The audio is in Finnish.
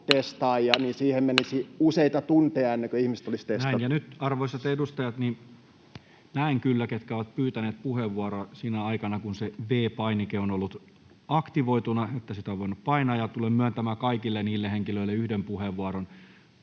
muuttamisesta Time: 16:37 Content: Näin. — Ja nyt arvoisat edustajat, näen kyllä, ketkä ovat pyytäneet puheenvuoroa sinä aikana, kun se V-painike on ollut aktivoituna, että sitä on voinut painaa, ja tulen myöntämään kaikille niille henkilöille yhden puheenvuoron.